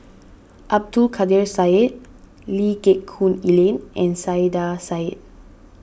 Abdul Kadir Syed Lee Geck Hoon Ellen and Saiedah Said